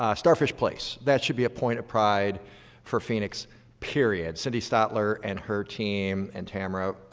ah starfish place. that should be a point of pride for phoenix period. cindy stotler and her team and tamyra,